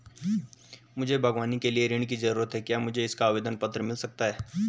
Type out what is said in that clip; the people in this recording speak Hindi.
मुझे बागवानी के लिए ऋण की ज़रूरत है क्या मुझे इसका आवेदन पत्र मिल सकता है?